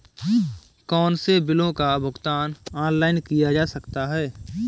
कौनसे बिलों का भुगतान ऑनलाइन किया जा सकता है?